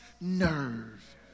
nerve